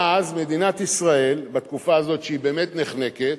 ואז מדינת ישראל, בתקופה הזאת שהיא באמת נחנקת,